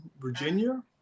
Virginia